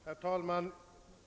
Herr talman!